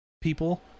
people